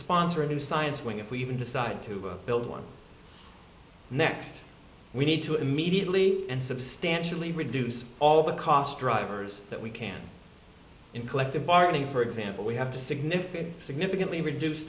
sponsor a new science wing if we even decide to build one next we need to immediately and substantially reduce all the cost drivers that we can in collective bargaining for example we have to significantly significantly reduce